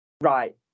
right